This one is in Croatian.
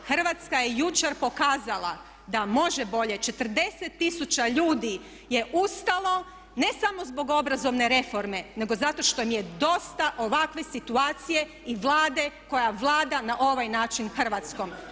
Hrvatska je jučer pokazala da može bolje, 40 tisuća ljudi je ustalo, ne samo zbog obrazovne reforme nego zato što im je dosta ovakve situacije i Vlade koja vlada na ovaj način Hrvatskom.